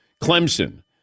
Clemson